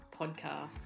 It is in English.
podcast